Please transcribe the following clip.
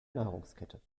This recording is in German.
nahrungskette